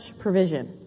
provision